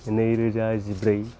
नैरोजा जिब्रै